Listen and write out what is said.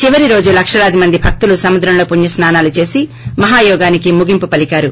చివరి రోజు లక్షలాది మంది భక్తులు సముద్రంలో పుణ్యస్పానాలు చేస్ మహాయోగానికి ముగింపు పలికారు